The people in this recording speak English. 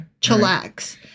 chillax